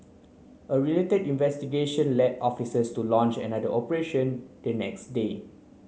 a related investigation led officers to launch another operation the next day